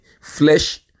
flesh